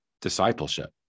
discipleship